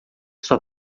sua